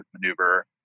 maneuver